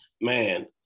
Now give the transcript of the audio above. man